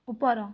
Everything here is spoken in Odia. ଉପର